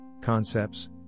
concepts